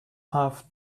half